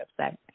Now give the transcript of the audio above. website